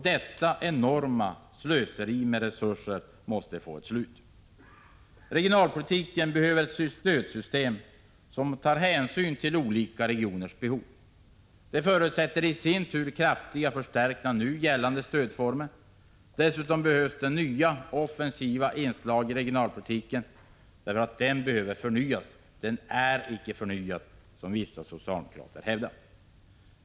Detta enorma slöseri med resurser måste få ett slut. Regionalpolitiken behöver ett stödsystem som tar hänsyn till olika regioners behov. Det förutsätter i sin tur kraftiga förstärkningar av nu gällande stödformer. Dessutom behövs det nya offensiva inslag i regionalpolitiken. Den behöver förnyas. Den är icke förnyad, som vissa socialdemokrater hävdar.